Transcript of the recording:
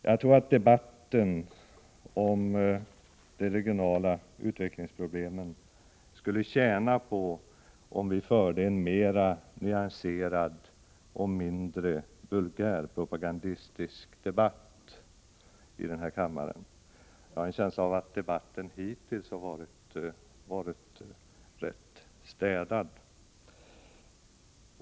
Jag tror att debatten om de regionala utvecklingsproblemen skulle tjäna på att föras på ett mer nyanserat och mindre vulgärpropagandistiskt sätt här i kammaren — jag har en känsla av att debatten hittills varit rätt städad.